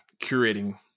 curating